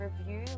review